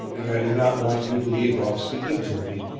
and i do not want you to leave off speaking to me.